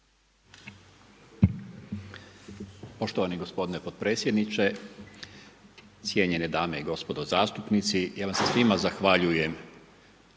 Poštovani gospodine potpredsjedniče, cijenjene dame i gospodo zastupnici. Ja vam se svima zahvaljujem